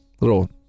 little